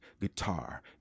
Guitar